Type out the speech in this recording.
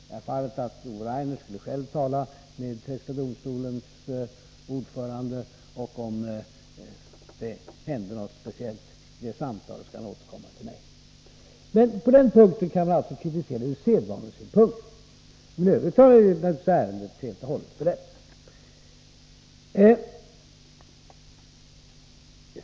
Jag föreslog att Ove Rainer själv skulle tala med högsta domstolens ordförande, och om det hände något speciellt vid det samtalet skulle han återkomma till mig. På den punkten kan vi alltså kritiseras ur sedvanesynpunkt, men i övrigt har ärendet naturligtvis helt och hållet beretts.